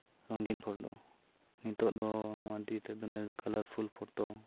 ᱨᱚᱸᱜᱤᱱ photo ᱱᱤᱛᱳᱜ ᱫᱚ ᱱᱚᱣᱟ ᱛᱤᱛᱮ ᱵᱮᱱᱟᱣ ᱠᱟᱞᱟᱨᱯᱷᱩᱞ ᱯᱷᱚᱴᱳ